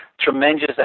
tremendous